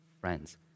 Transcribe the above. friends